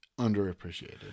underappreciated